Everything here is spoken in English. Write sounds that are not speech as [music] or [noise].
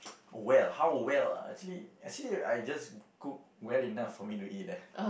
[noise] well how well ah actually actually I just cook well enough for me to eat leh